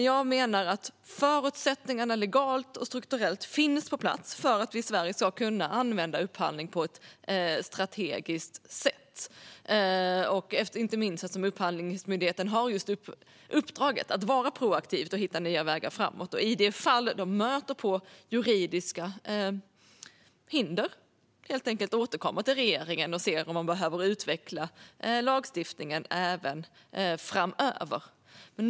Jag menar att förutsättningarna legalt och strukturellt finns på plats för att vi i Sverige ska kunna använda upphandling på ett strategiskt sätt. Det gäller inte minst eftersom Upphandlingsmyndigheten har uppdraget att vara proaktiv och hitta nya vägar framåt. I de fall myndigheten stöter på juridiska hinder får man återkomma till regeringen och se om lagstiftningen behöver utvecklas även framöver.